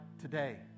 today